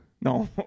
No